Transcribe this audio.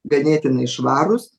ganėtinai švarūs